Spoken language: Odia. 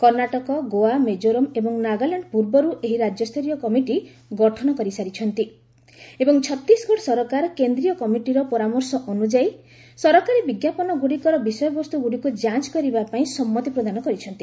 କର୍ଣ୍ଣାଟକ ଗୋଆ ମିଜୋରମ୍ ଏବଂ ନାଗାଲାଣ୍ଡ ପୂର୍ବରୁ ଏହି ରାଜ୍ୟସ୍ତରୀୟ କମିଟି ଗଠନ କରିସାରିଛନ୍ତି ଏବଂ ଛତିଶଗଡ଼ ସରକାର କେନ୍ଦ୍ରୀୟ କମିଟିର ପରାମର୍ଶ ଅନୁଯାୟୀ ସରକାରୀ ବିଜ୍ଞାପନଗୁଡ଼ିକର ବିଷୟବସ୍ତୁଗୁଡ଼ିକୁ ଯାଞ୍ଚ କରିବା ପାଇଁ ସମ୍ମତି ପ୍ରଦାନ କରିଛନ୍ତି